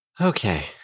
Okay